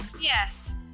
yes